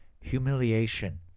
humiliation